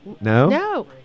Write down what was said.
No